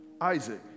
Isaac